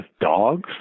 dogs